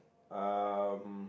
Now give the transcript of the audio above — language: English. um